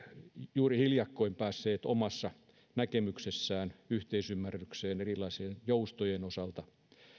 juuri hiljakkoin päässeet omassa näkemyksessään yhteisymmärrykseen niiden erilaisten joustojen osalta